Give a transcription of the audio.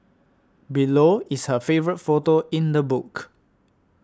below is her favourite photo in the book